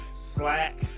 Slack